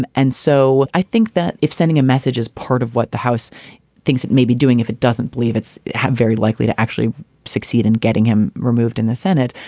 and and so i think that if sending a message is part of what the house thinks it may be doing, if it doesn't believe it's very likely to actually succeed in getting him removed in the senate,